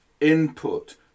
input